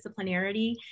disciplinarity